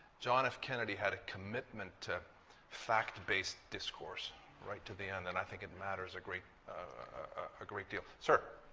john f kennedy had a commitment to fact-based discourse right to the end, and i think it matters a great ah great deal. sir?